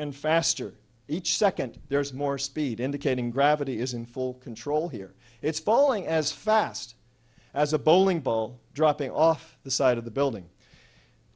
and faster each second there is more speed indicating gravity is in full control here it's falling as fast as a bowling ball dropping off the side of the building